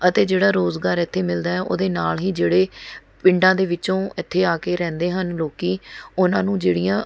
ਅਤੇ ਜਿਹੜਾ ਰੁਜ਼ਗਾਰ ਇੱਥੇ ਮਿਲਦਾ ਹੈ ਉਹਦੇ ਨਾਲ਼ ਹੀ ਜਿਹੜੇ ਪਿੰਡਾਂ ਦੇ ਵਿੱਚੋਂ ਇੱਥੇ ਆ ਕੇ ਰਹਿੰਦੇ ਹਨ ਲੋਕ ਉਨ੍ਹਾਂ ਨੂੰ ਜਿਹੜੀਆਂ